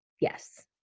Yes